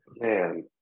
man